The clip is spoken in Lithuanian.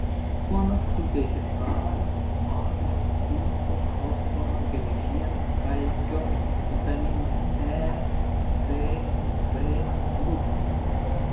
duona suteikia kalio magnio cinko fosforo geležies kalcio vitaminų e p b grupės